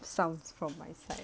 sounds from my side